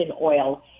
oil